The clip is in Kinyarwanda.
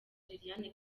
liliane